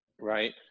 right